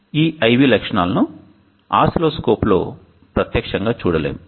ఈ I V లక్షణాలను ఆసిల్లోస్కోప్లో ప్రత్యక్షంగా చూడలేము